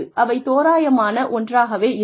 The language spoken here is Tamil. அவை தோராயமான ஒன்றாகவே இருக்கும்